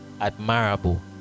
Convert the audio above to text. admirable